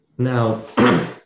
Now